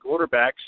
quarterbacks